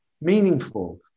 meaningful